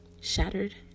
shattered